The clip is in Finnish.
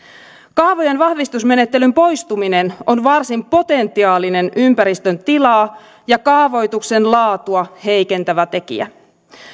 kaavojen vahvistusmenettelyn poistuminen on varsin potentiaalinen ympäristön tilaa ja kaavoituksen laatua heikentävä tekijä